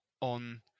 on